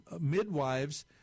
midwives